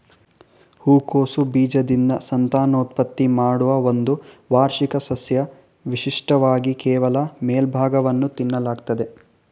ಹೂಕೋಸು ಬೀಜದಿಂದ ಸಂತಾನೋತ್ಪತ್ತಿ ಮಾಡುವ ಒಂದು ವಾರ್ಷಿಕ ಸಸ್ಯ ವಿಶಿಷ್ಟವಾಗಿ ಕೇವಲ ಮೇಲ್ಭಾಗವನ್ನು ತಿನ್ನಲಾಗ್ತದೆ